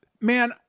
Man